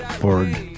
board